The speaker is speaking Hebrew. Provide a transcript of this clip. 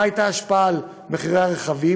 מה הייתה ההשפעה על מחירי הרכב,